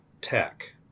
tech